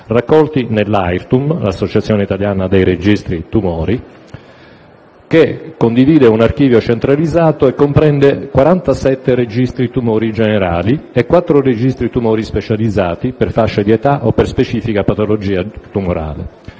raccolti nell'AIRTUM, Associazione italiana registri tumori, che, condividendo un archivio centralizzato, comprende 47 registri tumori generali e 4 registri tumori specializzati, per fasce di età o per specifica patologia tumorale: